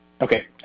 Okay